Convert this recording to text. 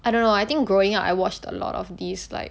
I don't know I think growing up I watched a lot of these like